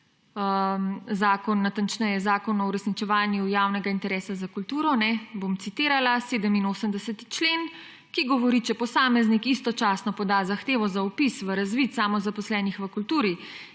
natančneje Zakon o uresničevanju javnega interesa za kulturo, bom citirala 87. člen, ki govori: »Če posameznik istočasno poda zahtevo za vpis v razvid samozaposlenih v kulturi